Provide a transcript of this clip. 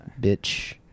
Bitch